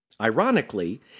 Ironically